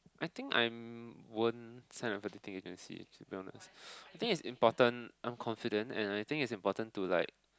I think I'm won't sign up with a dating agency to be honest I think it's important I'm confident and I think it's important to like